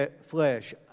flesh